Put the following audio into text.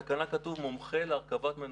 בתקנה כתוב מומחה להרכבת מנופים,